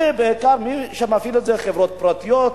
ומי שמפעיל את זה בעיקר אלה חברות פרטיות,